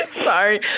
sorry